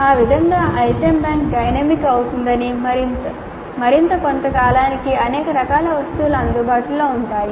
ఆ విధంగా item bank dynamic అవుతుంది మరియు కొంత కాలానికి అనేక రకాల వస్తువులు అందుబాటులో ఉండాలి